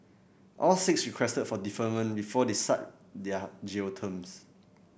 all six requested for deferment before they start their jail terms